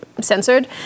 censored